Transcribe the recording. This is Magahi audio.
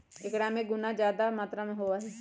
एकरा में गुना जादा मात्रा में होबा हई